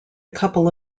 couple